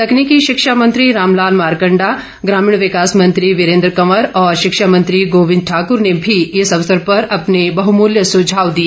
तकनीकी शिक्षा मंत्री रामलाल मारकंडा ग्रामीण विकास मंत्री वीरेंद्र कंवर और शिक्षा मंत्री गोविंद ठाकुर ने भी इस अवसर पर अपने बहुमूल्य सुझाव दिए